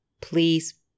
Please